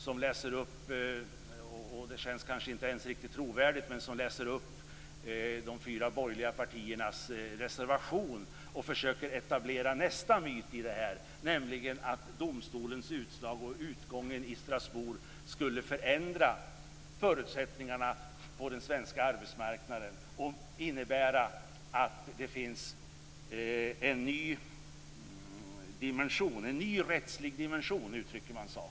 Han läste upp de fyra borgerliga partiernas reservation, och den kändes kanske inte riktigt trovärdig. Därmed försökte han att etablera nästa myt, nämligen att domstolens utslag och utgången i Strasbourg skulle förändra förutsättningarna på den svenska arbetsmarknaden. Det skulle innebära att det finns en ny rättslig dimension i det hela - så uttrycker man saken.